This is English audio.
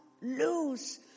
lose